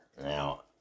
now